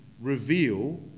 reveal